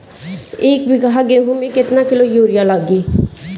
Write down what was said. एक बीगहा गेहूं में केतना किलो युरिया लागी?